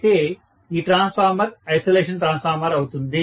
అయితే ఈ transformer isolation transformer అవుతుంది